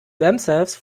themselves